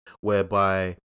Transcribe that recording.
whereby